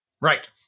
Right